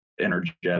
energetic